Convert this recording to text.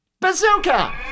Bazooka